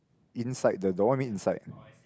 inside the door what do you mean inside